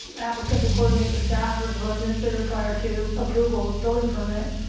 applicant did coordinate with stafford zoning administrator prior to approval of building permit.